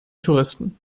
touristen